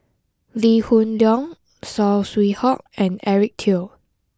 Lee Hoon Leong Saw Swee Hock and Eric Teo